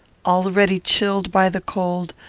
already chilled by the cold,